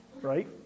right